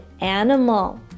animal